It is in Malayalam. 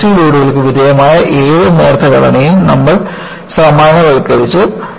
കംപ്രസ്സീവ് ലോഡുകൾക്ക് വിധേയമാകുന്ന ഏത് നേർത്ത ഘടനയും നമ്മൾ സാമാന്യവൽക്കരിച്ചു